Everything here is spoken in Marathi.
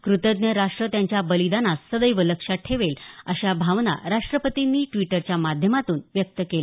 कृतज्ञ राष्ट्र त्यांच्या बलिदानास सदैव लक्षात ठेवेल अशा भावना राष्ट्रपतींनी ड्वीटरच्या माध्यमातून व्यक्त केल्या